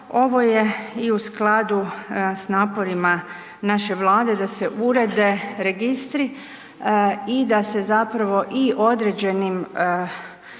Ovo je i u skladu s naporima naše Vlade da se urede registri i da se zapravo i određenim